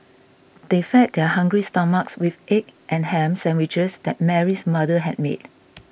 they fed their hungry stomachs with egg and ham sandwiches that Mary's mother had made